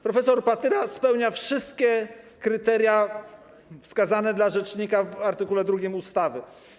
Prof. Patyra spełnia wszystkie kryteria wskazane dla rzecznika w art. 2 ustawy.